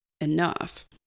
enough